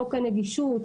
חוק הנגישות,